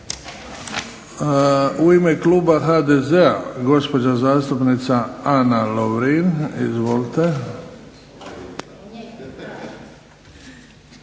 U ime kluba HDZ-a, gospođa zastupnica Ana Lovrin. Izvolite.